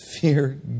fear